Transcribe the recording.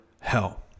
hell